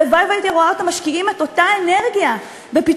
הלוואי שהייתי רואה אותם משקיעים את אותה אנרגיה בפיתוח